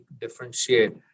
differentiate